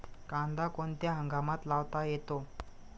कांदा कोणत्या हंगामात लावता येतो?